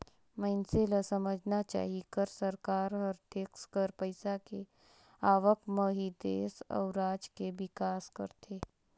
मइनसे ल समझना चाही कर सरकार हर टेक्स कर पइसा के आवक म ही देस अउ राज के बिकास करथे